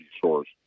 source